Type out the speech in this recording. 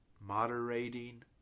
Moderating